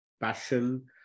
passion